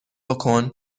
بکن